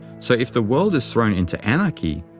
so if the world is thrown into anarchy,